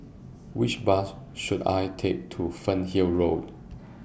Which Bus should I Take to Fernhill Road